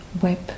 web